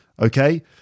Okay